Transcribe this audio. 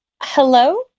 hello